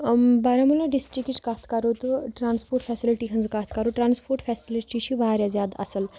بارہمولہ ڈِسٹِرٛکٕچ کَتھ کَرو تہٕ ٹرٛانَسپوٹ فیسَلٹی ہٕنٛز کَتھ کَرو ٹرٛانَسپوٹ فیسلٹی چھِ واریاہ زیادٕ اَصٕل